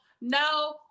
no